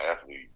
athlete